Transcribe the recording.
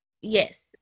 yes